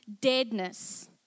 deadness